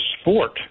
Sport